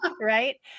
right